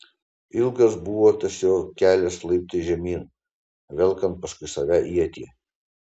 ilgas buvo tas jo kelias laiptais žemyn velkant paskui save ietį